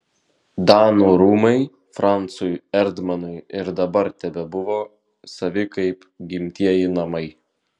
danų rūmai francui erdmanui ir dabar tebebuvo savi kaip gimtieji namai